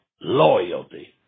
loyalty